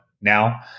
now